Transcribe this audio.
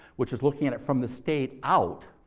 which is looking at it from the state out,